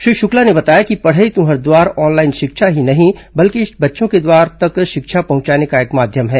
श्री शुक्ला ने बताया कि पढ़ई तुहंर दुआर ऑनलाइन शिक्षा ही नहीं बल्कि बच्चों के द्वार तक शिक्षा पहुंचाने का एक माध्यम है